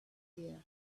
here